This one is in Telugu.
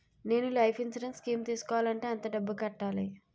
నేను లైఫ్ ఇన్సురెన్స్ స్కీం తీసుకోవాలంటే ఎంత డబ్బు కట్టాలి?